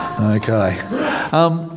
Okay